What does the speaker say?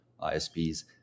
ISPs